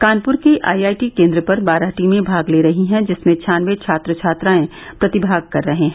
कानप्र के आईआईटी केन्द्र पर बारह टीमें भाग ले रही हैं जिसमें छानबे छात्र छात्राएं प्रतिभाग कर रहे हैं